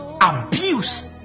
abuse